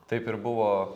taip ir buvo